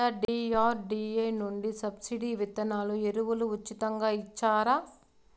DRDA నుండి subsidy విత్తనాలు ఎరువులు ఉచితంగా ఇచ్చారా?